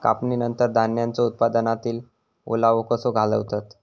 कापणीनंतर धान्यांचो उत्पादनातील ओलावो कसो घालवतत?